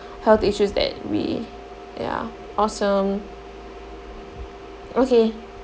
health issues that we ya awesome okay